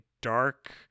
dark